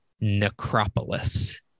Necropolis